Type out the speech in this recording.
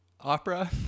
opera